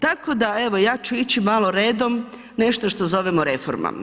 Tako da evo ja ću ići malo redom, nešto što zovemo reformama.